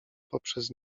poprzez